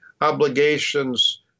obligations